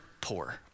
poor